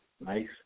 Nice